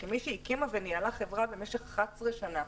כמי שהקימה וניהלה חברה במשך 11 שנה,